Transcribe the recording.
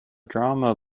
drama